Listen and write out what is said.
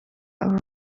aba